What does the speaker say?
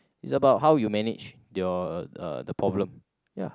is about how you manage your the problem ya